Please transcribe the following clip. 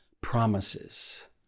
promises